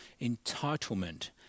entitlement